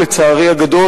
לצערי הגדול,